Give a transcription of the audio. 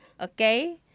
okay